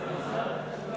הסביבה נתקבלה.